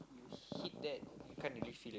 you hit that can't really feel any~